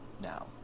now